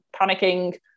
panicking